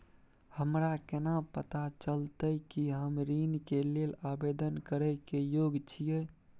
हमरा केना पता चलतई कि हम ऋण के लेल आवेदन करय के योग्य छियै?